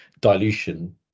dilution